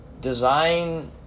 design